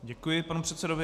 Děkuji panu předsedovi.